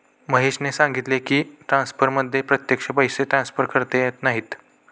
महेशने सांगितले की, ट्रान्सफरमध्ये प्रत्यक्ष पैसे ट्रान्सफर करता येत नाहीत